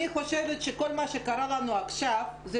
אני חושבת שכל מה שקרה לנו עכשיו זה